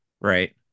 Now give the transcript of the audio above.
right